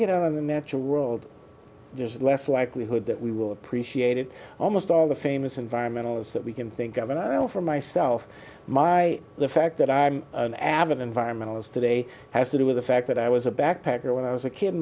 out of the natural world there's less likelihood that we will appreciate it almost all the famous environmentalist that we can think of and i offer myself my the fact that i'm an avid environmentalist today has to do with the fact that i was a backpacker when i was a kid